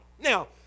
Now